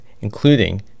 including